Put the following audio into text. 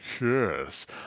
Yes